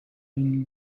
une